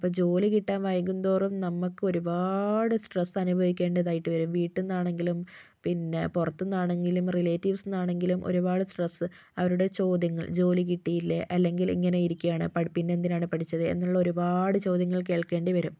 അപ്പോൾ ജോലി കിട്ടാൻ വൈകുന്തോറും നമുക്ക് ഒരുപാട് സ്ട്രെസ് അനുഭവിക്കേണ്ടതായിട്ട് വരും വീട്ടീൽ നിന്നാണെങ്കിലും പിന്നെ പുറത്ത് നിന്നാണെങ്കിലും റിലേറ്റീവ്സിൽ നിന്നാണെങ്കിലും ഒരുപാട് സ്ട്രെസ് അവരുടെ ചോദ്യങ്ങൾ ജോലി കിട്ടിയില്ലേ അല്ലെങ്കിൽ ഇങ്ങനെ ഇരിക്കയാണ് പിന്നെന്തിനാണ് പഠിച്ചത് എന്നുള്ള ഒരുപാട് ചോദ്യങ്ങൾ കേൾക്കേണ്ടി വരും